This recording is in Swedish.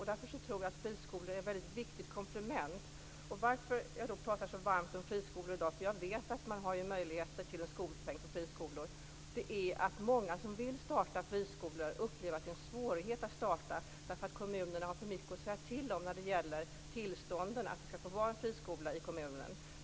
Därför tror jag att friskolor är ett mycket viktigt komplement. Att jag talar så varmt om friskolor i dag beror på att jag vet att det finns möjligheter till skolpeng för friskolor, men många som vill starta friskolor upplever att det är svårt därför att kommunerna har för mycket att säga till om när det gäller tillstånd att starta en friskola i kommunen.